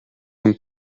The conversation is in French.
ont